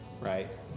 right